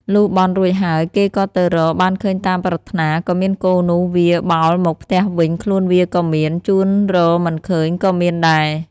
លុះបន់រួចហើយ គេក៏ទៅរក បានឃើញតាមប្រាថ្នាក៏មានគោនោះវាបោលមកផ្ទះវិញខ្លួនវាក៏មាន ជូនរកមិនឃើញក៏មានដែរ